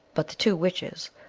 but the two witches,